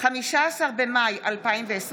15 במאי 2020,